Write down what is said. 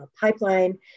Pipeline